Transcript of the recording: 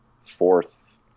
Fourth